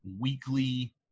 weekly